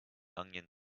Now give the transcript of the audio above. onion